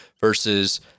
versus